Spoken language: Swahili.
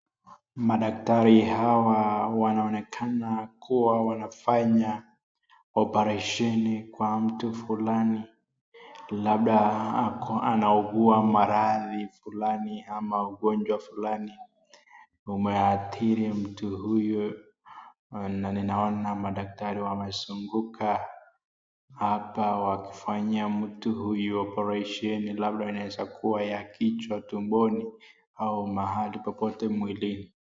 Madaktari hawa wanaonekana kuwa wanafanya oparesheni kwa mtu fulani labda ako anaugua maradhi fulani ama ugonjwa fulani. Umeathiri mtu huyo na ninaona madaktari wamezunguka hata wamefanyia mtu huyo operesheni labda inaweza kuwa ya kichwa tumboni au mahali popote mwilini.